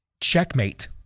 Checkmate